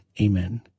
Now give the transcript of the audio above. Amen